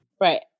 right